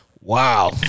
Wow